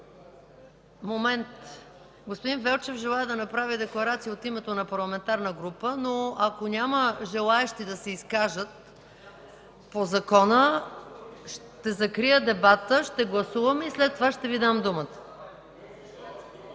Господин Велчев желае да направи декларация от името на парламентарна група, но ако няма желаещи да се изкажат по закона, ще закрия дебата, ще гласуваме и след това ще Ви дам думата.